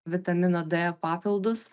vitamino d papildus